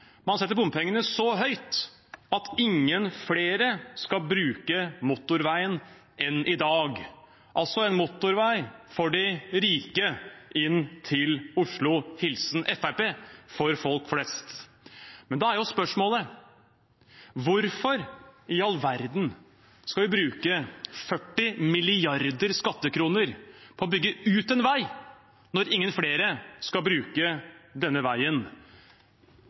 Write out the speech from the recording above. man setter bompengene så høyt at ingen flere enn i dag skal bruke motorveien, altså en motorvei for de rike inn til Oslo – hilsen Fremskrittspartiet, for folk flest. Da er spørsmålet: Hvorfor i all verden skal vi bruke 40 milliarder skattekroner på å bygge ut en vei, når ingen flere skal bruke denne veien?